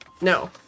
no